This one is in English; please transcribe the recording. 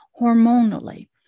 hormonally